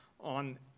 on